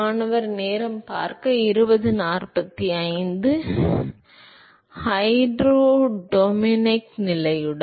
மாணவர் ஹைட்ரோடினமிக் நிலையுடன்